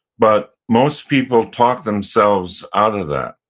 but most people talk themselves out of that.